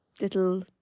little